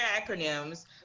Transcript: acronyms